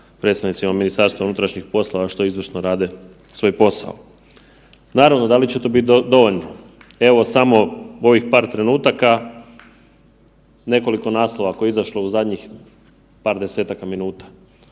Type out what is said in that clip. predstavnicima MUP-a što izvrsno rade svoj posao. Naravno, da li će to biti dovoljno? Evo samo ovih par trenutaka nekoliko naslova koje je izašlo u zadnjih par 10-taka minuta.